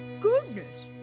goodness